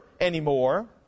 anymore